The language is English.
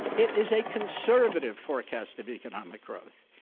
it is a conservative forecast of economic growth.